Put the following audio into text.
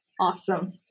Awesome